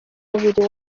mubiri